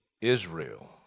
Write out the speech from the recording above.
Israel